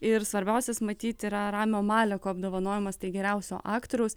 ir svarbiausias matyt yra ramio maleko apdovanojimas geriausio aktoriaus